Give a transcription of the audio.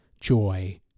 joy